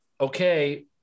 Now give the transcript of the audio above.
okay